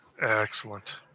Excellent